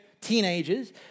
teenagers